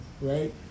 right